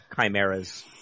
chimeras